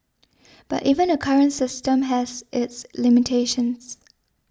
but even the current system has its limitations